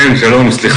תודה רבה